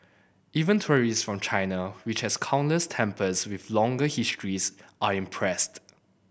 even tourists for China which has countless temples with longer histories are impressed